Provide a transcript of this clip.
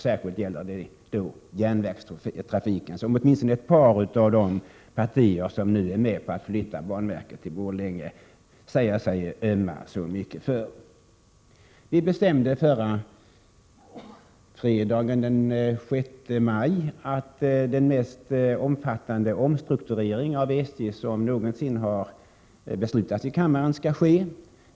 Det gäller särskilt järnvägstrafiken, som åtminstone ett par av de partier som nu är med på att flytta banverket till Borlänge säger sig ömma så mycket för. Vi bestämde fredagen den 6 maj att den mest omfattande omstrukturering av SJ som någonsin beslutats i kammaren skulle ske.